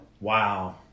Wow